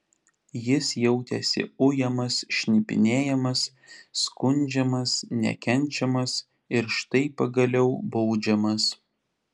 jis jautėsi ujamas šnipinėjamas skundžiamas nekenčiamas ir štai pagaliau baudžiamas